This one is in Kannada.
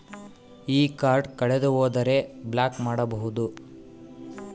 ಈ ಕಾರ್ಡ್ ಕಳೆದು ಹೋದರೆ ಬ್ಲಾಕ್ ಮಾಡಬಹುದು?